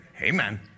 Amen